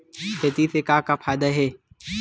खेती से का का फ़ायदा हे?